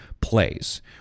plays